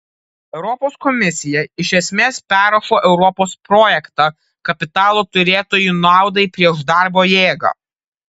europos komisija iš esmės perrašo europos projektą kapitalo turėtojų naudai prieš darbo jėgą